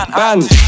bands